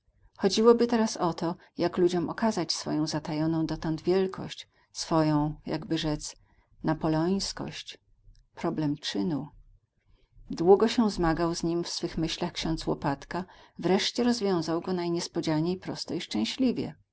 sądzić chodziłoby teraz o to jak ludziom okazać swoją zatajoną dotąd wielkość swoją jakby rzec napoleońskość problem czynu długo się zmagał z nim w swych myślach ksiądz łopatka wreszcie rozwiązał go najniespodzianiej prosto i szczęśliwie